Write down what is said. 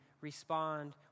respond